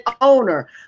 owner